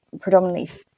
predominantly